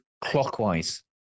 clockwise